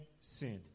sin